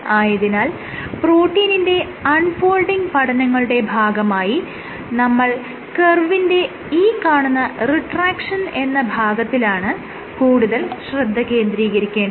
ആയതിനാൽ പ്രോട്ടീനിന്റെ unfolding പഠനങ്ങളുടെ ഭാഗമായി നമ്മൾ കർവിന്റെ ഈ കാണുന്ന റിട്രാക്ഷൻ എന്ന ഭാഗത്തിലാണ് കൂടുതൽ ശ്രദ്ധ കേന്ദ്രീകരിക്കേണ്ടത്